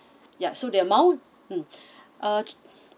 yup so the amount mm uh